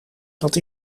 dat